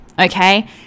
okay